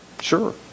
sure